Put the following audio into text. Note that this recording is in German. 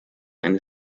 eine